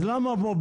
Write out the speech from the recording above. אז למה פה,